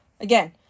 again